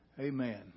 Amen